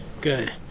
good